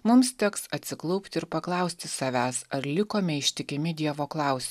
mums teks atsiklaupt ir paklausti savęs ar likome ištikimi dievo klaus